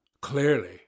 Clearly